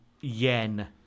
Yen